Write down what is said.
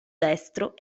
destro